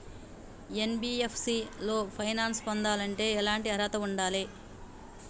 NBFC లో finance పొందాలంటే ఎట్లాంటి అర్హత ఉండాలే?